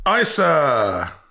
ISA